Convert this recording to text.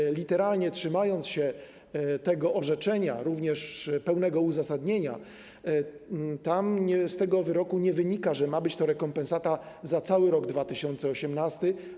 Gdyby literalnie trzymać się tego orzeczenia, również pełnego uzasadnienia, to z tego wyroku nie wynika, że ma być to rekompensata za cały rok 2018.